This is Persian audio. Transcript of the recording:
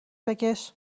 بکش